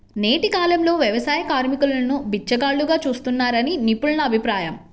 నేటి కాలంలో వ్యవసాయ కార్మికులను బిచ్చగాళ్లుగా చూస్తున్నారని నిపుణుల అభిప్రాయం